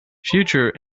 future